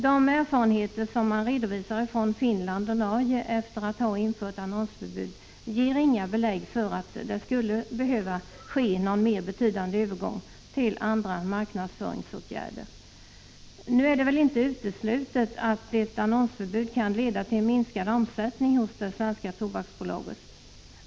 De erfarenheter av ett annonseringsförbud som man redovisar från Finland och Norge ger inga belägg för att det skulle behöva bli någon mer betydande övergång till andra marknadsföringsåtgärder. Nu är det väl inte uteslutet att ett annonseringsförbud kan leda till en minskad omsättning hos det svenska Tobaksbolaget.